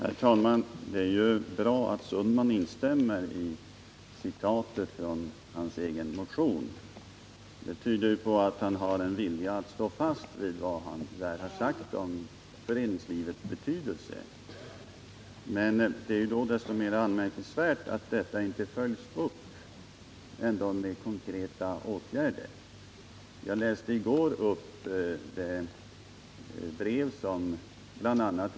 Herr talman! Det är ju bra att Per Olof Sundman instämmer i citatet från sin egen motion. Det tyder på att han har en vilja att stå fast vid vad han sagt om föreningslivets betydelse. Men det är då desto mera anmärkningsvärt att detta inte följs upp med konkreta åtgärder. Jag läste i går upp det brev som bl.a.